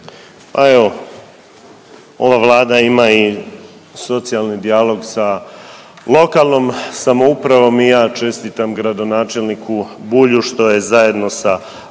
Pa evo, ova Vlada ima i socijalni dijalog sa lokalnom samoupravom i ja čestitam gradonačelniku Bulju što je zajedno sa